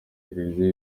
televiziyo